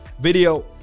video